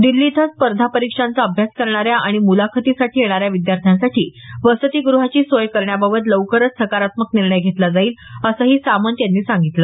दिल्ली इथं स्पर्धा परीक्षांचा अभ्यास करणाऱ्या आणि मुलाखतीसाठी येणाऱ्या विद्यार्थ्यांसाठी वसतिगृहाची सोय करण्याबाबत लवकरच सकारात्मक निर्णय घेतला जाईल असंही सामंत यांनी यावेळी सांगितलं